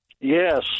Yes